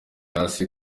hasi